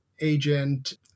agent